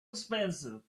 expensive